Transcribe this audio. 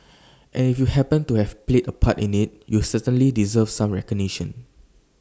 and if you happened to have played A part in IT you certainly deserve some recognition